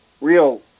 real